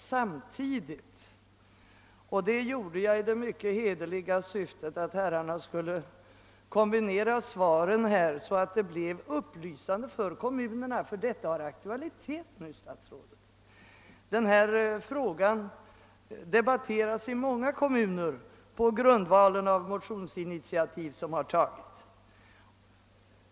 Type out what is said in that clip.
Det gjorde jag i det mycket hedervärda syftet att herrarna skulle kombinera svaren så att de blev upplysande för kommunerna. Ty denna fråga har aktualitet, herr statsråd. Den debatteras i många kommuner på grundval av motionsinitiativ som har tagits.